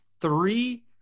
Three